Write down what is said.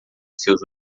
seus